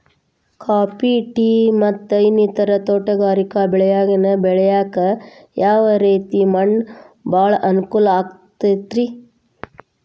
Coffee, tea, ಮತ್ತ ಇನ್ನಿತರ ತೋಟಗಾರಿಕಾ ಬೆಳೆಗಳನ್ನ ಬೆಳೆಯಾಕ ಯಾವ ರೇತಿ ಮಣ್ಣ ಭಾಳ ಅನುಕೂಲ ಆಕ್ತದ್ರಿ?